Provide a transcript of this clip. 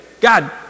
God